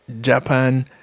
Japan